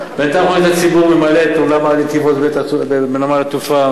ממלא את אולם בית-הנתיבות בנמל התעופה,